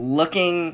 looking